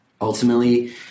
Ultimately